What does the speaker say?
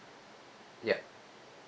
yup